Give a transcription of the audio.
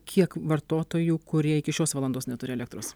kiek vartotojų kurie iki šios valandos neturi elektros